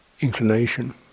inclination